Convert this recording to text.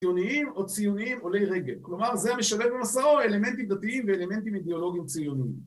ציוניים או ציוניים עולי רגל, כלומר זה משלב במסעו אלמנטים דתיים ואלמנטים אידיאולוגיים ציוניים.